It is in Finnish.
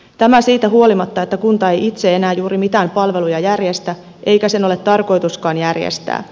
tämä siitä huolimatta että kunta ei itse enää juuri mitään palveluja järjestä eikä sen ole tarkoituskaan järjestää